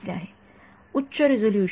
विद्यार्थीः उच्च रिझोल्यूशन